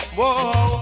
Whoa